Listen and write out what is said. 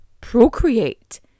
procreate